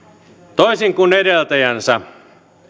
toisin kuin edeltäjänsä